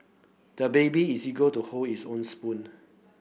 the baby is eager to hold his own spoon